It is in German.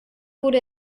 wurde